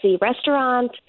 restaurant